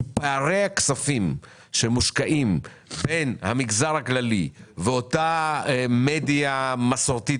כי פערי הכספים שמושקעים בין המגזר הכללי ואותה מדיה מסורתית